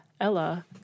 Ella